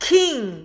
King